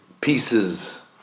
pieces